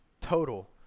total